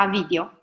video